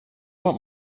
want